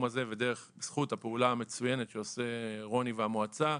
הזה ובזכות הפעולה המצוינת שעושים רוני והמועצה,